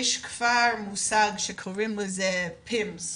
יש כבר מושג שנקרא PIMS,